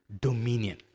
dominion